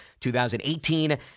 2018